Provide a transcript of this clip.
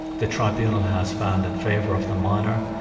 the tribunal has found in favour of the miner,